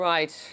Right